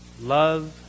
love